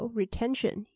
retention